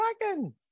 dragon